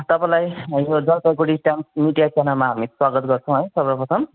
तपाईँलाई यो Jalpaiguri Times media च्यानलमा हामी स्वागत गर्छौँ है सर्वप्रथम